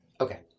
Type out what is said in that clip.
Okay